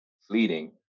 fleeting